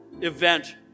event